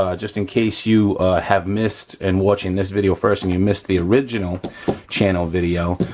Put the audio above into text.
ah just in case you have missed and watching this video first and you missed the original channel video,